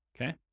Okay